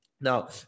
Now